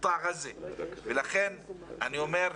לכן אני אומר,